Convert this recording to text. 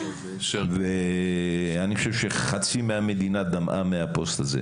אני חושב שחצי המדינה דמעה מהפוסט הזה.